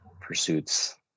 pursuits